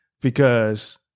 because-